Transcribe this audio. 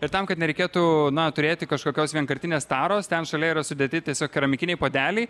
ir tam kad nereikėtų na turėti kažkokios vienkartinės taros ten šalia yra sudėti tiesiog keramikiniai puodeliai